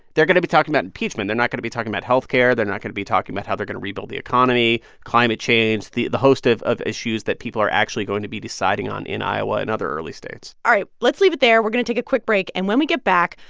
they're going to be talking about impeachment. they're not going to be talking about health care. they're not going to be talking about how they're going to rebuild the economy, climate change the the host of of issues that people are actually going to be deciding on in iowa and other early states all right, let's leave it there. we're going to take a quick break. and when we get back,